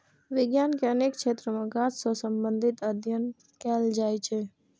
विज्ञान के अनेक क्षेत्र मे गाछ सं संबंधित अध्ययन कैल जाइ छै